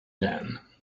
dan